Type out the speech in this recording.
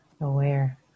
aware